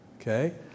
Okay